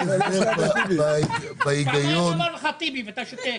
אין בהיגיון --- פעמיים הוא אמר לך טיבי ואתה שותק.